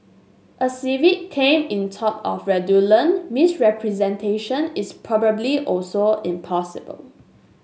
a civil claim in tort of fraudulent misrepresentation is probably also impossible